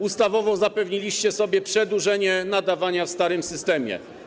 Ustawowo zapewniliście sobie przedłużenie nadawania w starym systemie.